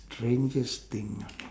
strangest thing ah